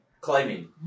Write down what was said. climbing